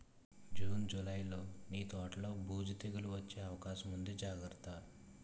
June, జూలైలో నీ తోటలో బూజు, తెగులూ వచ్చే అవకాశముంది జాగ్రత్త